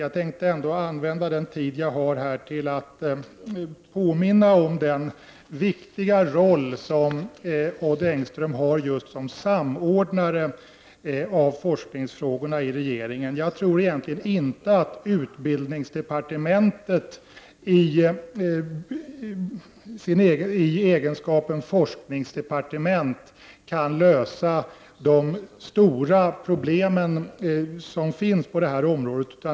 Jag tänkte ändå använda den taletid jag här har till att påminna om den viktiga roll som Odd Engström har just som samordnare av forskningsfrågorna i regeringen. Jag tror egentligen inte att utbildningsdepartementet i egenskap av forskningsdepartement kan lösa de stora problem som finns på det här området.